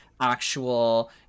actual